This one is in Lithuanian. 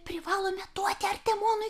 privalome duoti artimonui